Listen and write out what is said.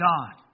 God